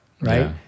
right